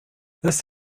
this